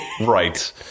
Right